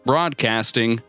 Broadcasting